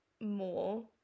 more